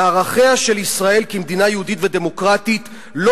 "מערכיה של ישראל כמדינה יהודית ודמוקרטית לא